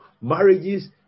marriages